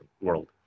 world